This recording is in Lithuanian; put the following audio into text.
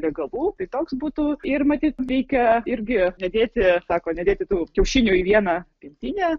legalu tai toks būtų ir matyt reikia irgi nedėti sako nedėti tų kiaušinių į vieną pintinę